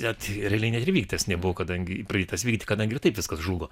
net realiai net ir vykdęs nebuvo kadangi pradėtas vykdyt kadangi ir taip viskas žlugo